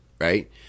Right